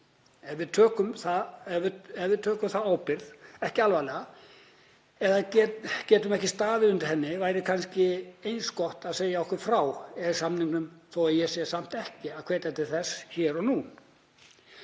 Ef við tökum þá ábyrgð ekki alvarlega eða getum ekki staðið undir henni væri kannski eins gott að segja okkur frá EES-samningnum, þó að ég sé samt ekki að hvetja til þess hér og nú.